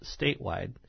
statewide